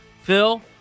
Phil